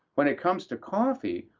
when it comes to coffee,